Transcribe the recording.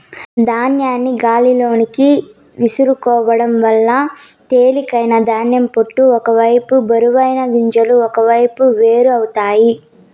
ధాన్యాన్ని గాలిలోకి విసురుకోవడం వల్ల తేలికైన ధాన్యం పొట్టు ఒక వైపు బరువైన గింజలు ఒకవైపు వేరు అవుతాయి